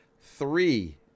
three